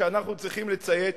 ושאנחנו צריכים לציית,